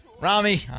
Rami